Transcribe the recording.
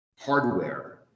hardware